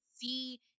see